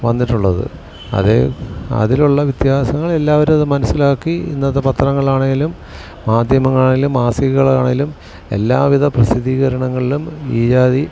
വന്നിട്ടുള്ളത് അതേ അതിലുള്ള വ്യത്യാസങ്ങൾ എല്ലാവരുമത് മനസ്സിലാക്കി ഇന്നത്തെ പത്രങ്ങളാണെങ്കിലും മാധ്യമങ്ങളാണെങ്കിലും മാസികകളാണേലും എല്ലാവിധ പ്രസിദ്ധീകരണങ്ങളിലും ഈ ജാതി